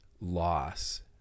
loss